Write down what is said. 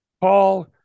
Paul